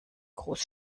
groß